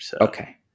Okay